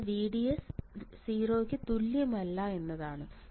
ഇത് VDS≠ 0 volt ആണ്